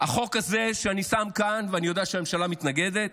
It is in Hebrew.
החוק הזה שאני שם כאן, ואני יודע שהממשלה מתנגדת,